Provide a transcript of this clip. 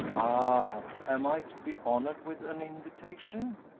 ah! am i to be honored with an invitation?